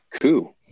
coup